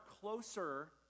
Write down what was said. closer